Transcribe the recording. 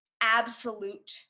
absolute